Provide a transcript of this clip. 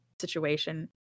situation